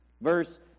Verse